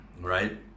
Right